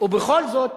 ובכל זאת